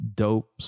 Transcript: dope